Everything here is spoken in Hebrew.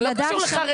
זה לא קשור לחרדים,